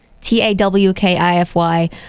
T-A-W-K-I-F-Y